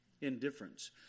indifference